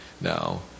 now